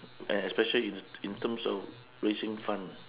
and especially in in terms of raising fund